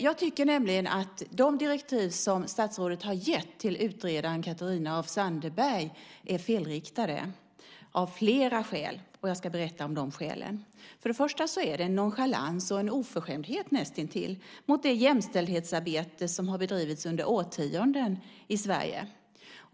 Jag tycker nämligen att de direktiv som statsrådet har gett till utredaren Catarina af Sandeberg är felriktade - av flera skäl. Jag ska berätta om de skälen. För det första är det en nonchalans, och näst intill en oförskämdhet, mot det jämställdhetsarbete som har bedrivits under årtionden i Sverige.